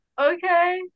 Okay